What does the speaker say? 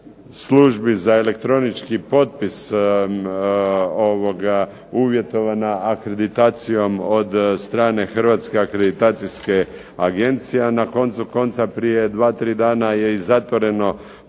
službi za elektronički potpis uvjetovana akreditacijom od strane Hrvatske akreditacijske agencije, a na koncu konca prije dva, tri dana je i zatvoreno